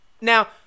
Now